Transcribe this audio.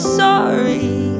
sorry